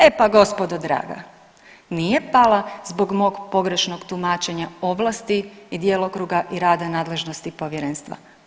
E pa gospodo draga, nije pala zbog mog pogrešnog tumačenja ovlasti i djelokruga i rada nadležnosti povjerenstva.